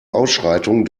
ausschreitungen